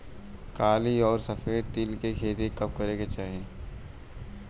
काली अउर सफेद तिल के खेती कब करे के चाही?